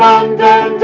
London